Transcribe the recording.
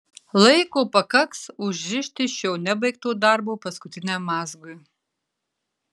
laiko pakaks užrišti šio nebaigto darbo paskutiniam mazgui